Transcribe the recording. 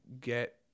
get